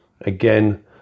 again